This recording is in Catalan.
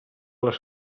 les